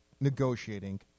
negotiating